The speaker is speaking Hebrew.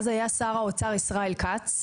שר האוצר היה אז ישראל כץ,